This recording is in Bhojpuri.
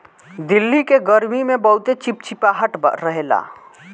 दिल्ली के गरमी में बहुते चिपचिपाहट रहेला